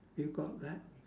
you got that